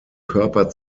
körper